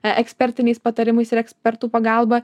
ekspertiniais patarimais ir ekspertų pagalba